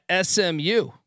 SMU